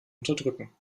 unterdrücken